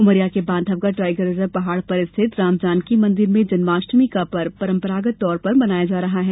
उमरिया के Bandhavgarh tiger reserve पहाड़ पर स्थित राम जानकी मंदिर में जन्माष्टमी का पर्व परंपरागत तौर से मनाया जा रहा है